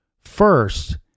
First